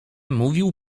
mówił